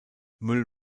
müll